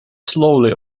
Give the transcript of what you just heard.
slowly